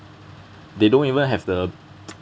they don't even have the